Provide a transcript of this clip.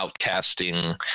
outcasting